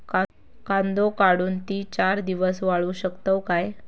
कांदो काढुन ती चार दिवस वाळऊ शकतव काय?